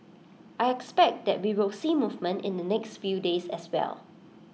I expect that we will see movement in the next few days as well